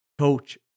coach